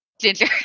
Ginger